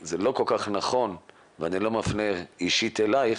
זה לא כל כך נכון ואני לא מפנה את זה אישית אלייך,